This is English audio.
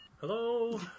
Hello